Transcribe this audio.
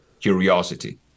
curiosity